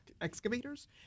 excavators